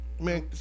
man